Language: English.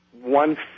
one